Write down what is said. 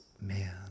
Man